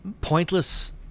pointless